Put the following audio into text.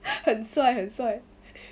很帅很帅